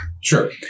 Sure